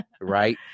Right